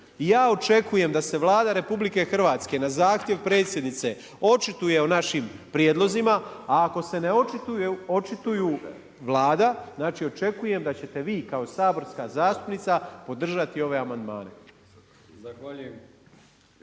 ja očekujem da se Vlada RH na zahtjev Predsjednice očituje o našim prijedlozima, a ako se ne očituju Vlada, znači očekujem da ćete vi kao saborska zastupnica podržati ove amandmane.